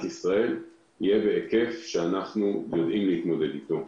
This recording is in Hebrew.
ישראל יהיה בהיקף שאנחנו יודעים להתמודד איתו.